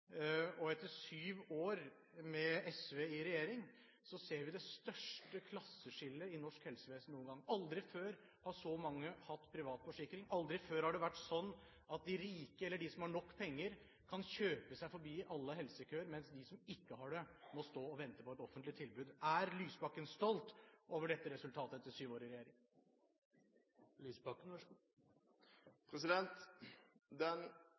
SV. Etter syv år med SV i regjering ser vi det største klasseskillet i norsk helsevesen noen gang. Aldri før har så mange hatt privat forsikring. Aldri før har det vært sånn at de rike, eller de som har nok penger, kan kjøpe seg forbi alle helsekøer, mens de som ikke har det, må stå og vente på et offentlig tilbud. Er Lysbakken stolt over dette resultatet etter syv år i regjering? Den